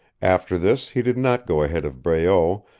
after this he did not go ahead of breault,